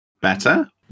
Better